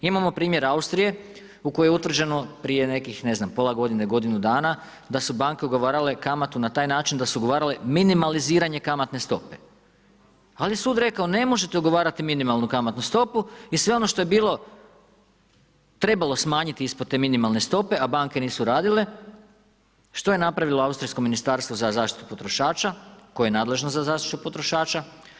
Imamo primjer Austrije u kojoj je utvrđeno prije nekih pola godine, godinu dana, da su banke ugovarale kamatu na taj način da su ugovarale minimaliziranje kamatne stope, ali je sud rekao ne možete ugovarati minimalnu kamatnu stopu i sve ono što je bilo, trebalo smanjiti ispod te minimalne stope, a banke nisu radile, što je napravilo austrijsko ministarstvo za zaštitu potrošača koje je nadležno za zaštitu potrošača?